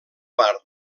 part